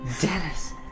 Dennis